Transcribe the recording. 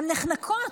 הן נחנקות,